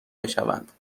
بشوند